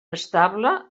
estable